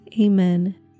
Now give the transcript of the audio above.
Amen